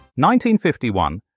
1951